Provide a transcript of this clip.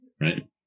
right